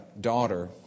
daughter